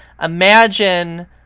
imagine